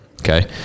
Okay